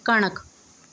ਕਣਕ